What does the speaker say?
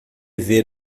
ver